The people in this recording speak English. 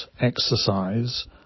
exercise